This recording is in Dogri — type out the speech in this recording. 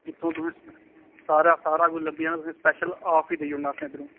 इत्थूं तुसें सारा सारा कुछ लब्भी जाना तुसें स्पैशल आफ बी देई ओड़ना असें इद्धरुं